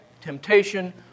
temptation